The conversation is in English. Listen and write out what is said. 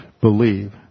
believe